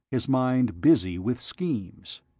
his mind busy with schemes.